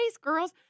girls